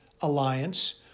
alliance